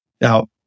Now